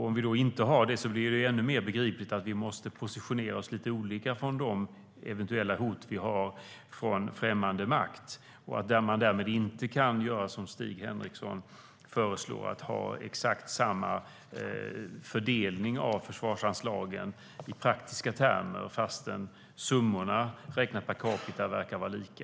Om vi inte har det, blir det ännu mer begripligt att vi måste positionera oss lite olika utifrån de eventuella hot vi har från främmande makt. Därmed kan vi inte göra som Stig Henriksson föreslår och ha exakt samma fördelning av försvarsanslagen i praktiska termer fastän summorna räknat per capita verkar vara lika.